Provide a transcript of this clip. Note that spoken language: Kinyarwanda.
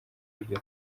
iryo